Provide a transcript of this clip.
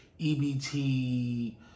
EBT